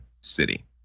city